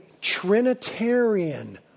Trinitarian